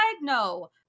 No